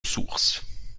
sources